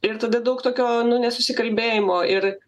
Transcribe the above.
ir tada daug tokio nu nesusikalbėjimo ir